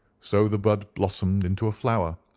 so the bud blossomed into a flower,